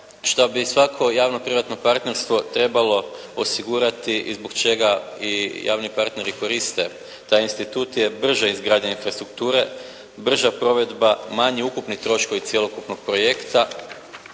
što bi svako javno-privatno partnerstvo trebalo osigurati i zbog čega i javni partneri koriste taj institut je brža izgradnja infrastrukture, brža provedba, manji ukupni troškovi cjelokupnog projekta,